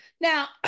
Now